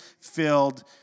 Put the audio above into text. filled